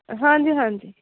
ਹਾਂਜੀ ਹਾਂਜੀ